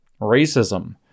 racism